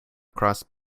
cross